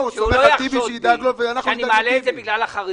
שהוא לא יחשוד בי שאני מעלה את זה בגלל החרדים.